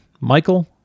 michael